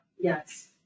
Yes